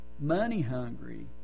money-hungry